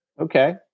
Okay